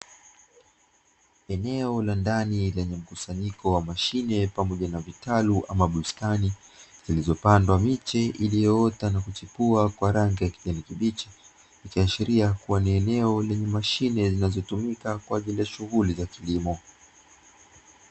Eneo la ndani lenye mkusanyiko wa mashine pamoja na vitalu ama bustani, zilizopandwa miche iliyoota na kuchipua kwa rangi ya kijani kibichi, ikiashiria kuwa ni eneo lenye mashine zinazotumika kwa ajili ya shughuli za kilimo.